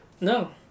no